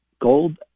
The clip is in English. gold